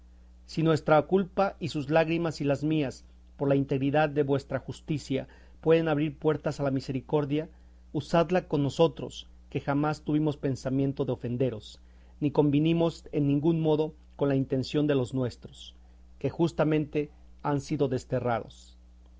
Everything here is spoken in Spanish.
si nuestra poca culpa y sus lágrimas y las mías por la integridad de vuestra justicia pueden abrir puertas a la misericordia usadla con nosotros que jamás tuvimos pensamiento de ofenderos ni convenimos en ningún modo con la intención de los nuestros que justamente han sido desterrados